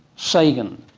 sagan.